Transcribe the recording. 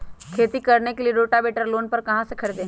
खेती करने के लिए रोटावेटर लोन पर कहाँ से खरीदे?